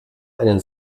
einen